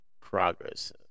progress